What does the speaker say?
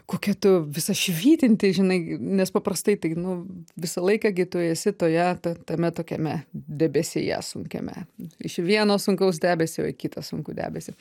kokia tu visa švytinti žinai nes paprastai tai nu visą laiką gi tu esi toje tame tokiame debesyje sunkiame iš vieno sunkaus debesio į kitą sunkų debesį